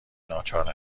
ناچارا